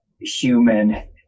human